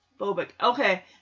Okay